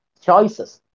choices